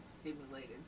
stimulated